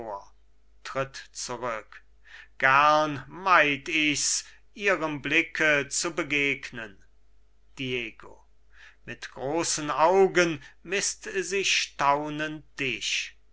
tritt zurück bohemund gern meid ich's ihrem blicke zu begegnen diego mit großen augen mißt sie staunend dich